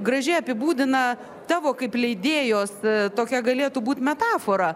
gražiai apibūdina tavo kaip leidėjos tokia galėtų būt metafora